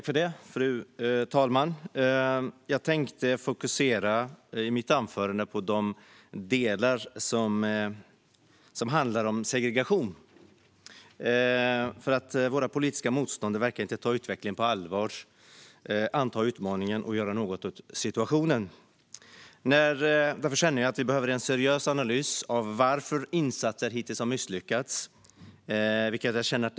Fru talman! I mitt anförande tänkte jag fokusera på de delar som handlar om segregation. Våra politiska motståndare verkar inte ta utvecklingen på allvar. De borde anta utmaningen och göra något åt situationen. Vi behöver en seriös analys av varför insatserna hittills har misslyckats med att bryta segregationen.